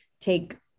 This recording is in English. take